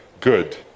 Good